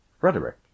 Frederick